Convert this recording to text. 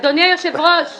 עמדת הנשיאות